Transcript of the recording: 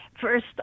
First